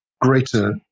greater